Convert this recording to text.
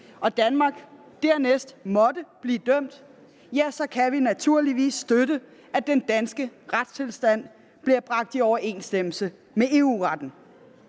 og Danmark dernæst måtte blive dømt, så kan vi naturligvis støtte, at den danske retstilstand bliver bragt i overensstemmelse med EU-retten.